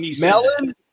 Melon